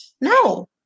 no